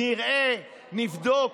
"נראה", "נבדוק".